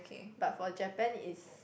but for Japan is